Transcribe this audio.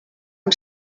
amb